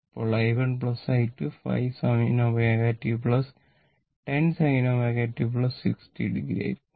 ഇപ്പോൾ i1 i2 5sinω t 10 sinω t 60 o ആയിരിക്കും